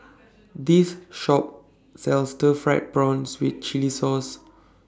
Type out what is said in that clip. This Shop sells Stir Fried Prawn with Chili Sauce